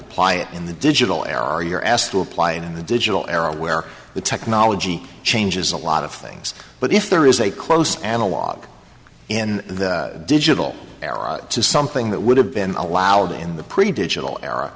apply it in the digital era are you're asked to apply it in the digital era where the technology changes a lot of things but if there is a close analogue in the digital era to something that would have been allowed in the pretty digital era